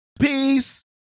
Peace